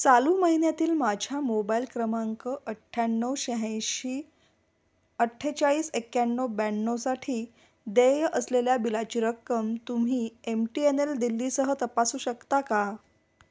चालू महिन्यातील माझ्या मोबाईल क्रमांक अठ्ठ्याण्णव शहाऐंशी अठ्ठेचाळीस एक्याण्णव ब्याण्णवसाठी देय असलेल्या बिलाची रक्कम तुम्ही एम टी एन एल दिल्लीसह तपासू शकता का